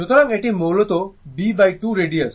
সুতরাং এটি মূলত b2 রেডিয়াস